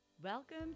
Welcome